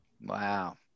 Wow